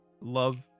love